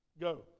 Go